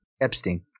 Epstein